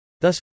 Thus